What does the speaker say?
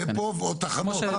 דפו או תחנות.